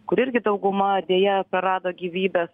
kur irgi dauguma deja prarado gyvybes